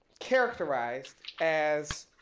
characterized as